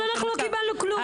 אנחנו לא קיבלנו כלום.